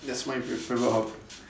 that's my favorite favorite hobby